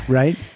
right